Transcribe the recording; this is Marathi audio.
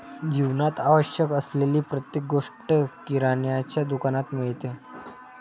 जीवनात आवश्यक असलेली प्रत्येक गोष्ट किराण्याच्या दुकानात मिळते